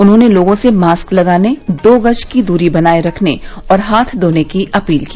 उन्होंने लोगों से मास्क लगाने दो गज की दूरी बनाये रखने और हाथ धोने की अपील की